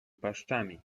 paszczami